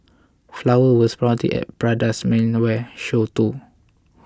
flowers were sprouting at Prada's menswear show too